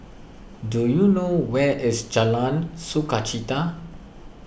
do you know where is Jalan Sukachita